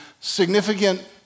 significant